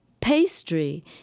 Pastry